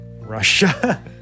Russia